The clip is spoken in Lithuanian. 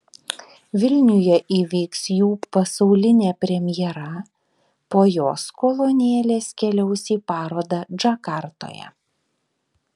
vilniuje įvyks jų pasaulinė premjera po jos kolonėlės keliaus į parodą džakartoje